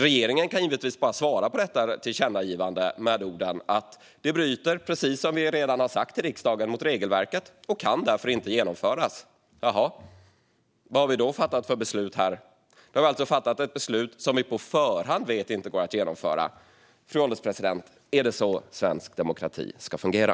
Regeringen kan givetvis bara svara på detta tillkännagivande med att det bryter mot regelverket och därför inte kan genomföras, precis som man redan har sagt till riksdagen. Vad har vi då fattat för beslut här? Vi har alltså fattat ett beslut som vi på förhand vet inte går att genomföra. Fru ålderspresident! Är det så svensk demokrati ska fungera?